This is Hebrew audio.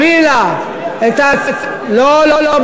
לא, לא.